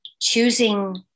choosing